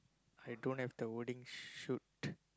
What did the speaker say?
I don't have the wording shoot